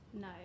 No